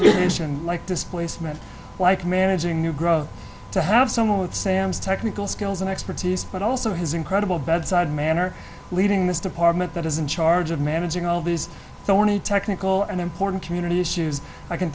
gentrification like displacement like managing new growth to have someone with sam's technical skills and expertise but also his incredible bedside manner leading this department that is in charge of managing all these thorny technical and important community issues i can